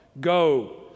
Go